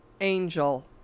angel